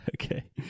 Okay